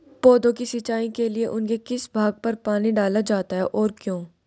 पौधों की सिंचाई के लिए उनके किस भाग पर पानी डाला जाता है और क्यों?